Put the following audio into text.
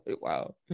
wow